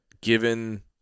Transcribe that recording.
given